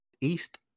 East